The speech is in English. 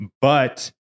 but-